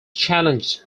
challenged